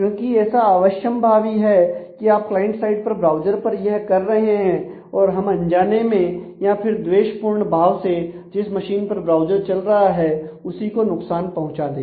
क्योंकि ऐसा अवश्यंभावी है कि आप क्लाइंट साइड पर ब्राउज़र पर यह कर रहे हैं और हम अनजाने में या फिर द्वेषपूर्ण भाव से जिस मशीन पर ब्राउज़र चल रहा है उसी को नुकसान पहुंचा दें